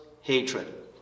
hatred